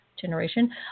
generation